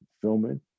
filming